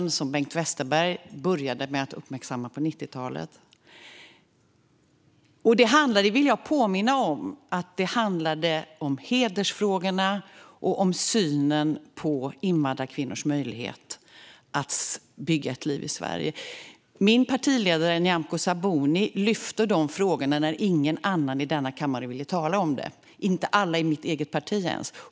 Detta började Bengt Westerberg uppmärksamma på 90-talet. Jag vill påminna om att det handlade om hedersfrågorna och om synen på invandrarkvinnors möjlighet att bygga ett liv i Sverige. Min partiledare, Nyamko Sabuni, lyfte upp dessa frågor när ingen annan här i kammaren ville tala om dem - inte ens alla i vårt eget parti.